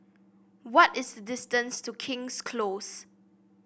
what is the distance to King's Close